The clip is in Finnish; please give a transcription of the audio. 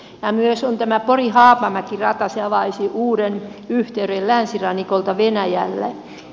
myös on tämä porihaapamäki rata se avaisi uuden yhteyden länsirannikolta venäjälle